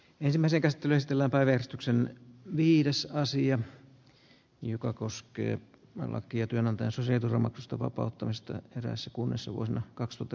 ensimmäisen käsittelyn stella päivystyksen viidessä asia joka koskee lakia työnantaja susien raamatusta vapautumista eräässä kunnassa toinen varapuhemies